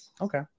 Okay